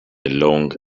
long